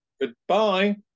goodbye